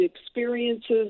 experiences